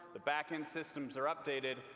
the back-end systems are updated.